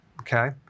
okay